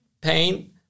Pain